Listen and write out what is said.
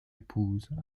épouse